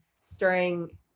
stirring